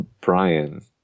Brian